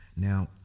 Now